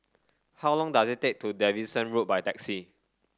how long does it take to Davidson Road by taxi